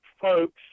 folks